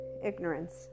ignorance